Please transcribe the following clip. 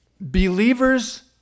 Believers